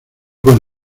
con